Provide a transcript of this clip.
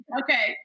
okay